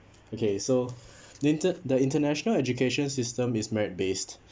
okay so the inter~ the international education system is merit based